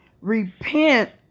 repent